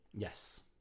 yes